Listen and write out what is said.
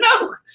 no